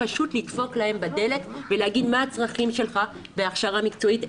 לדפוק להם בדלת ולשאול מה הצרכים שלהם בהכשרה מקצועית,